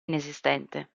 inesistente